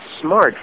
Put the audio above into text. smart